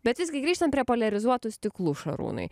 bet visgi grįžtam prie poliarizuotų stiklų šarūnai